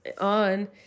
on